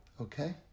Okay